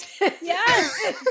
Yes